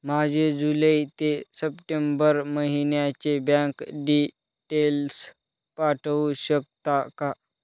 माझे जुलै ते सप्टेंबर महिन्याचे बँक डिटेल्स पाठवू शकता का?